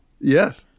Yes